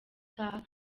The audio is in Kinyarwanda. utaha